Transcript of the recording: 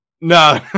No